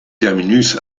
terminus